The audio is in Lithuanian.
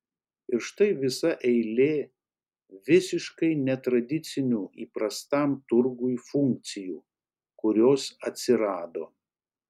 ir štai visa eilė visiškai netradicinių įprastam turgui funkcijų kurios atsirado